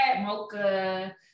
Mocha